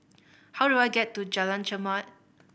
how do I get to Jalan Chermat